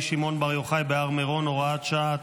שמעון בר יוחאי בהר מירון (הוראת שעה),